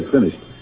finished